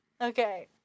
Okay